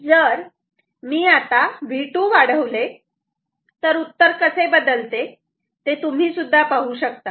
जर मी आता V2 वाढवले तर उत्तर कसे बदलते ते तुम्ही सुद्धा पाहू शकतात